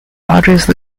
largest